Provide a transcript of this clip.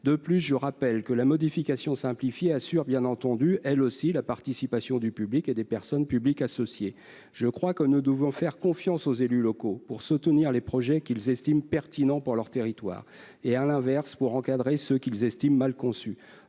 De plus, la modification simplifiée assure également la participation du public et des personnes publiques associées. Nous devons faire confiance aux élus locaux pour soutenir les projets qu'ils estiment pertinents pour leur territoire et, à l'inverse, pour encadrer ceux qu'ils jugent mal conçus.